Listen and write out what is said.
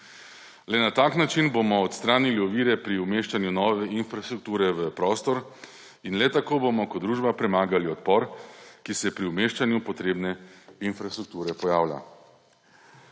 Le na tak način bomo odstranili ovire pri umeščanju nove infrastrukture v prostor in le tako bomo kot družba premagali odpor, ki se pri umeščanju potrebne infrastrukture pojavlja.